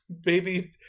Baby